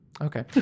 Okay